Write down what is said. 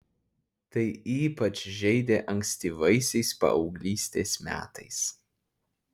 tai ypač žeidė ankstyvaisiais paauglystės metais